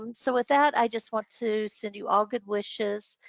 um so with that, i just want to send you all good wishes.